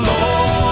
Lord